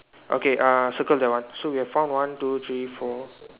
okay uh circle that one so we have found one two three four